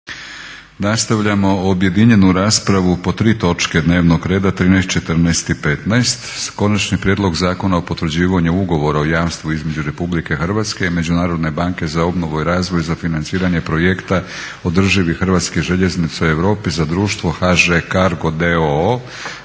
Nastavljamo objedinjenu raspravu po tri točke dnevnog reda 13., 14. i 15. - Konačni prijedlog Zakona o potvrđivanju Ugovora o jamstvu između Republike Hrvatske i Međunarodne banke za obnovu i razvoj za financiranje projekta održivih Hrvatskih željeznica u Europi za društvo HŽ Cargo